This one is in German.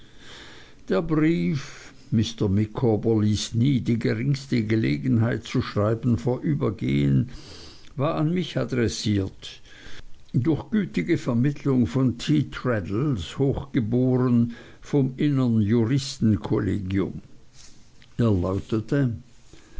der brief mr micawber ließ nie die geringste gelegenheit zu schreiben vorübergehen war an mich adressiert durch gütige vermittlung von t traddles hochgeboren vom innern juristenkollegium er